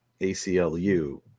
aclu